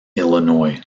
illinois